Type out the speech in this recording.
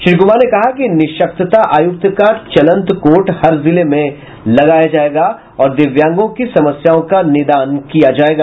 श्री कुमार ने कहा कि निःशक्कता आयुक्त का चलंत कोर्ट हर जिले में लगाया जायेगा और दिव्यांगों की समस्याओं का निदान किया जायेगा